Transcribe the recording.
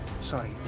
sorry